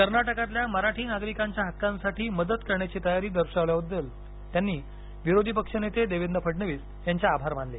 कर्नाटकातल्या मराठी नागरिकांच्या हक्कांसाठी मदत करण्याची तयारी दर्शवल्याबद्दल त्यांनी विरोधी पक्षनेते देवेंद्र फडणवीस यांचे आभार मानले